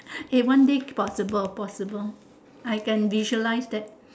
eh one day possible possible I can visualise that